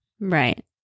Right